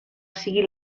sigui